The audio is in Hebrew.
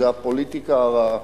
זה הפוליטיקה הרעה,